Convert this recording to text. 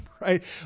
Right